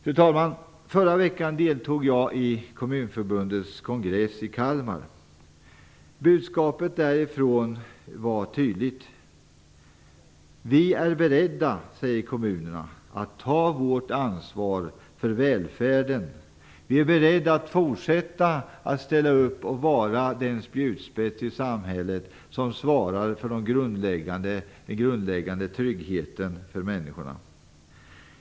Fru talman! Förra veckan deltog jag i Svenska Kommunförbundets kongress i Kalmar. Budskapet därifrån var tydligt. Vi är beredda, säger kommunerna, att ta vårt ansvar för välfärden. Vi är beredda att fortsätta ställa upp och vara den spjutspets i samhället som svarar för den grundläggande tryggheten för människorna.